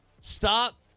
Stop